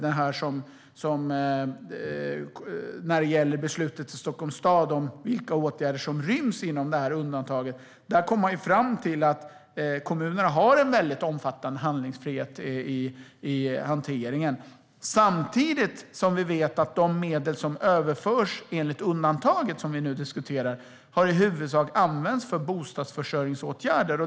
Det gäller till exempel beslutet i Stockholms stad om vilka åtgärder som ryms inom detta undantag. Här kom man fram till att kommunerna har en omfattande handlingsfrihet i hanteringen. Samtidigt vet vi att de medel som överförs enligt det undantag vi nu diskuterar i huvudsak har använts till bostadsförsörjningsåtgärder.